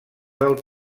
del